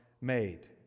made